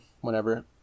whenever